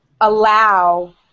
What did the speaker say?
allow